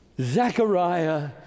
Zechariah